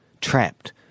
trapped